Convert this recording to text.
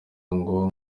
ngo